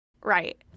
right